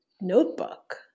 notebook